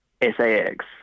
S-A-X